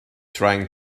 trying